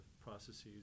processes